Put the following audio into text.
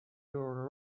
were